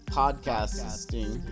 podcasting